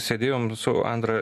sėdėjom su andra